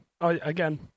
Again